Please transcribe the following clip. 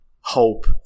hope